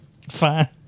Fine